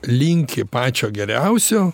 linki pačio geriausio